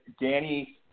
Danny